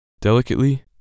Delicately